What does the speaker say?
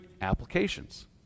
applications